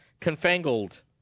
confangled